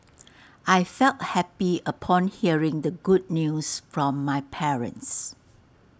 I felt happy upon hearing the good news from my parents